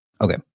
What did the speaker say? Okay